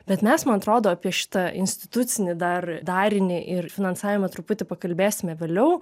bet mes man atrodo apie šitą institucinį dar darinį ir finansavimą truputį pakalbėsime vėliau